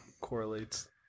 correlates